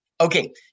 Okay